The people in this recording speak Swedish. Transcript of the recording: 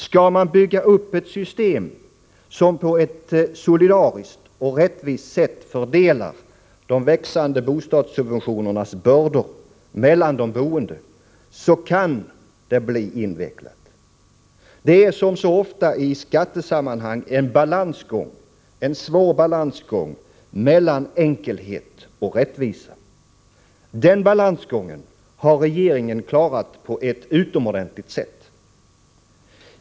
Skall man bygga upp ett system som på ett solidariskt och rättvist sätt fördelar de växande bostadssubventionernas bördor mellan de boende, kan det bli invecklat. Det är som så ofta i skattesammanhang en svår balansgång mellan enkelhet och rättvisa; Den balansgången har regeringen klarat på ett utomordentligt sätt.